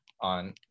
on